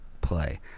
play